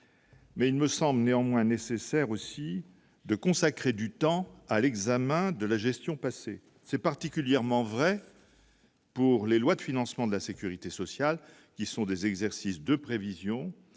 Mais il me semble néanmoins nécessaire aussi de consacrer du temps à l'examen de la gestion passée, c'est particulièrement vrai. Pour les lois de financement de la Sécurité sociale, qui sont des exercices de prévision